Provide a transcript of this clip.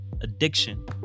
addiction